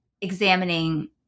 examining